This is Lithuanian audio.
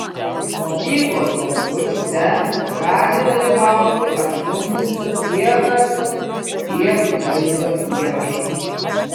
mokyklos konkurse gali dalyvauti atsiuntusios tiek garso tiek vaizdo įrašus